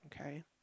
Okay